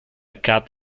cat